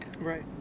Right